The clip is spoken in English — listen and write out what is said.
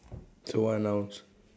so what are nouns